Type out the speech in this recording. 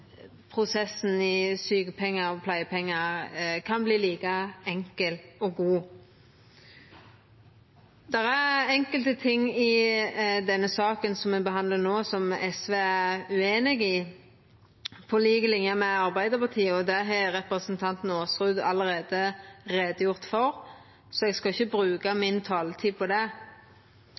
prosessen med sjukepengar og pleiepengar kan verta like enkel og god. Det er enkelte ting i denne saka me behandlar no, som SV er ueinig i, på lik linje med Arbeidarpartiet. Det har representanten Aasrud allereie gjort greie for, så eg skal ikkje bruka taletida mi på det.